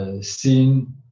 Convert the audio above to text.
seen